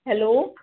hello